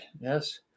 Yes